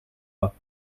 pas